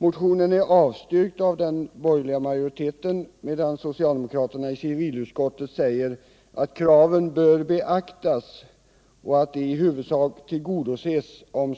Motionen är avstyrkt av den borgerliga majoriteten, medan socialdemokraterna i civilutskottet säger att kraven bör beaktas och att de i huvudsak tillgodoses om